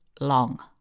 long